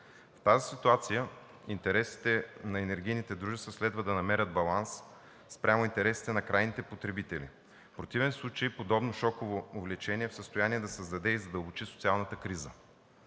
В тази ситуация интересите на енергийните дружества следва да намерят баланс спрямо интересите на крайните потребители. В противен случай подобно шоково увеличение е в състояние да създаде и задълбочи социалната криза